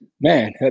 man